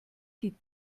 die